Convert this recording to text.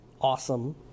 awesome